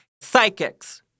Psychics